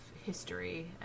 history